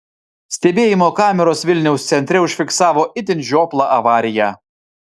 stebėjimo kameros vilniaus centre užfiksavo itin žioplą avariją